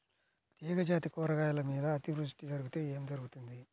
తీగజాతి కూరగాయల మీద అతివృష్టి జరిగితే ఏమి జరుగుతుంది?